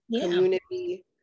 community